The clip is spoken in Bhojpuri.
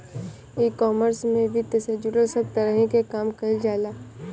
ईकॉमर्स में वित्त से जुड़ल सब तहरी के काम कईल जाला